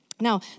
Now